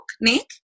Nick